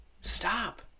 Stop